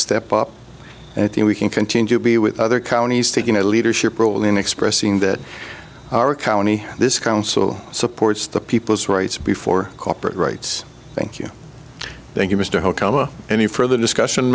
step up and i think we can continue to be with other counties taking a leadership role in expressing that our county this council supports the people's rights before corporate rights thank you thank you mr hotel any further discussion